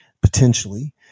potentially